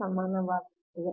ಸಮವಾಗಿರುತ್ತದೆ